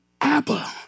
Abba